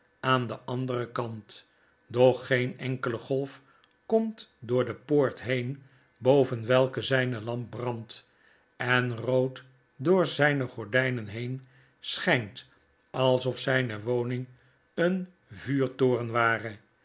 aan den anderen kant doch geen enkele golf komt door de poort heen boven welke zyne lamp brandt en rood door zyn gordynen heen schijnt alsof zyne woning een vuurtoren ware